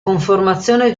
conformazione